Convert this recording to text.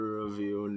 review